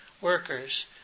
workers